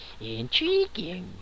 Intriguing